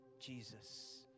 Jesus